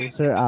Sir